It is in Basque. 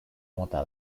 mota